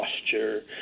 posture